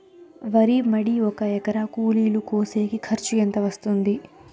వరి మడి ఒక ఎకరా కూలీలు కోసేకి ఖర్చు ఎంత వస్తుంది?